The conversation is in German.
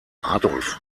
adolf